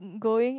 going